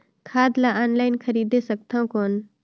खाद ला ऑनलाइन खरीदे सकथव कौन?